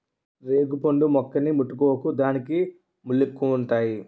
రేగుపండు మొక్కని ముట్టుకోకు దానికి ముల్లెక్కువుంతాయి